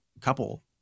couple